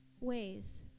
ways